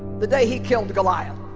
the day he killed goliath.